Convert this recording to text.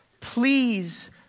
please